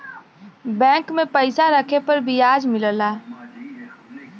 bank में पइसा रखे पर बियाज मिलला